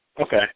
okay